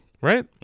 Right